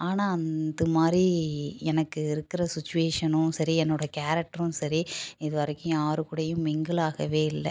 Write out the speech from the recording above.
ஆனால் அது மாதிரி எனக்கு இருக்கிற சுச்சிவேஷனும் சரி என்னோடய கேரக்ட்ரும் சரி இது வரைக்கும் யார் கூடயும் மிங்கில் ஆகவே இல்லை